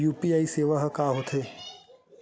UPI सेवा का होथे?